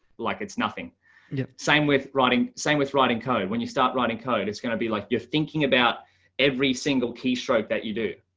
like it's nothing the same with writing. same with writing code when you start writing code it's going to be like you're thinking about every single keystroke that you do.